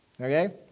okay